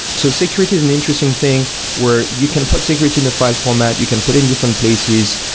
so security is an interesting thing where you can put security in a file format, you can put in different places,